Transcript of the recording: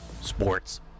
Sports